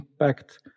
impact